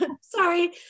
sorry